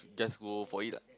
just go for it lah